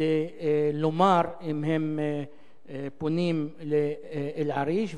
כדי לומר אם הם פונים לאל-עריש.